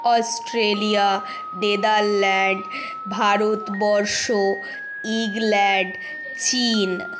Australia Netherland Bharatvarsh England চিন